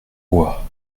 bois